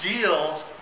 deals